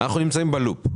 אנחנו נמצאים בלופ,